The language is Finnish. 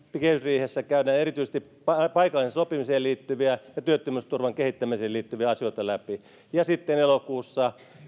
kehysriihessä käydään läpi erityisesti paikalliseen sopimiseen ja työttömyysturvan kehittämiseen liittyviä asioita ja sitten on elokuussa